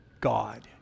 God